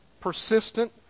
persistent